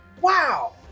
wow